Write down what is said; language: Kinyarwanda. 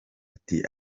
ati